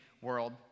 world